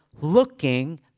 looking